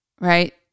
right